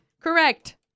Correct